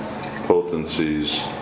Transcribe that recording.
potencies